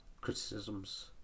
criticisms